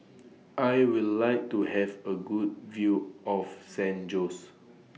I Would like to Have A Good View of San Jose